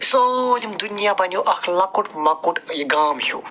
سٲلِم دُنیا بنیو اَکھ لۄکُٹ مۄکُٹ یہِ گام ہیُو